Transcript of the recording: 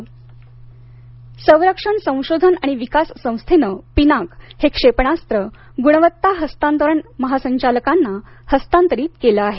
पिनाक संरक्षण संशोधन आणि विकास संस्थेने पिनाक हे क्षेपणासत्र गुणवत्ता हस्तांतरण महासंचालकांना हस्तांतरित केल आहे